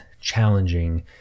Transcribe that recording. challenging